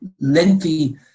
lengthy